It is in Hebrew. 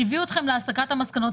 שהביאו אתכם להסקת המסקנות,